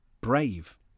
brave